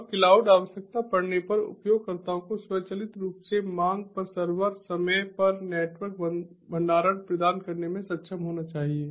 और क्लाउड आवश्यकता पड़ने पर उपयोगकर्ताओं को स्वचालित रूप से मांग पर सर्वर समय और नेटवर्क भंडारण प्रदान करने में सक्षम होना चाहिए